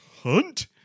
hunt